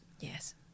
Yes